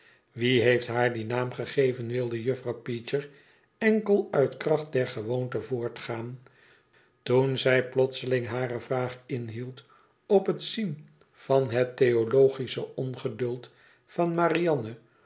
wie heeft haar dien naam gegeven wilde juffrouw peecher enkel uit kracht der gewoonte voortgaan toen zij eensklaps hare vraag inhield op het zien van het theologische ongeduld van marianne